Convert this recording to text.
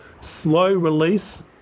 slow-release